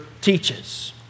teaches